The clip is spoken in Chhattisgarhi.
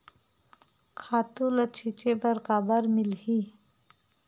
खातु ल छिंचे बर काबर मिलही?